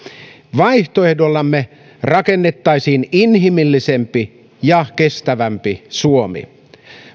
vaihtoehdollamme rakennettaisiin inhimillisempi ja kestävämpi suomi